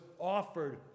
offered